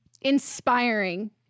inspiring